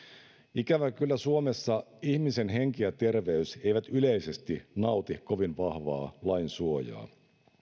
ikävä kyllä suomessa ihmisen henki ja terveys eivät yleisesti nauti kovin vahvaa lainsuojaa